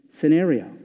scenario